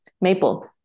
maple